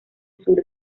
sur